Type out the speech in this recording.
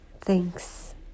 thanks